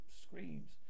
screams